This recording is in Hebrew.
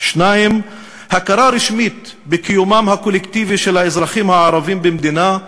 2. הכרה רשמית בקיומם הקולקטיבי של האזרחים הערבים במדינה,